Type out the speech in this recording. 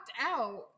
out